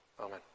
Amen